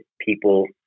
people